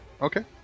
Okay